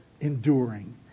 enduring